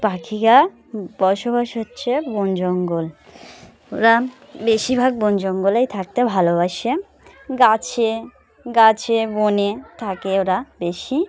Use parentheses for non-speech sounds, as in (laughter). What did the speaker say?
পাখিরা (unintelligible) বসবাস হচ্ছে বন জঙ্গল ওরা বেশিরভাগ বন জঙ্গলেই থাকতে ভালোবাসে গাছে গাছে বনে থাকে ওরা বেশি